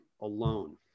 alone